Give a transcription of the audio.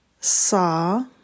saw